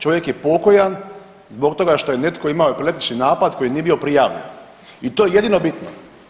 Čovjek je pokojan zbog toga što je netko imao epileptični napad koji nije bio prijavljen i to je jedino bitno.